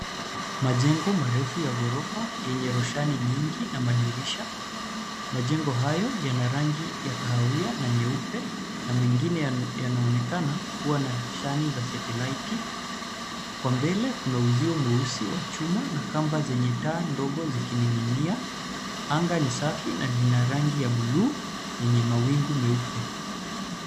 Majengo marefu ya ghorofa enye roshani nyingi na madirisha, majengo hayo yana rangi ya kahawia na nyeupe na mengine yanonekana kuwa na shani za satelliti. kwa mbele kuna uzio mweusi wa chuma na kamba zenye taa ndogo zikininginia, anga ni safi na lina rangi ya buluu enye mawingu meupe.